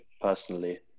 personally